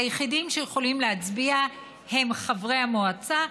היחידים שיכולים להצביע הם חברי המועצה,